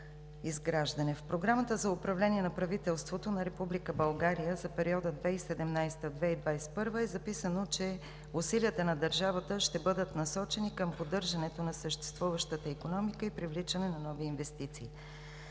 В Програмата за управление на правителството на Република България за периода 2017 – 2021 г. е записано, че усилията на държавата ще бъдат насочени към поддържането на съществуващата икономика и привличане на нови инвестиции.